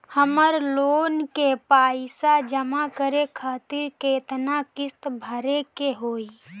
हमर लोन के पइसा जमा करे खातिर केतना किस्त भरे के होई?